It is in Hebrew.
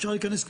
אפשר להיכנס,